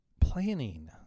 planning